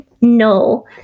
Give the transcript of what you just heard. No